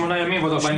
28 ימים ועוד 42 יום.